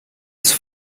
ist